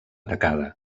tacada